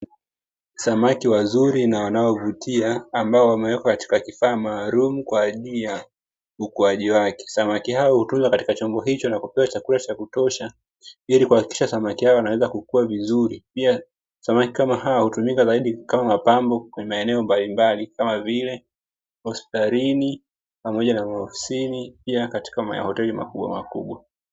Samaki wazuri na wanaouvutia ambao wamemwekwa katika kifaa maalumu kwa ajili ya ukuaji wake. Samaki hao hutunzwa katika chombo hicho na kupewa chakula cha kutosha ili kuhakikisha samaki hao wanaweza kukua vizuri. Pia samaki kama hao hutumika zaidi kama mapambo kwenye maeneo mbalimbali kama vile hospitalini pamoja na maofisini pia katika mahoteli makubwa makubwa.